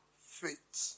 faith